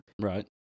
Right